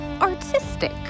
artistic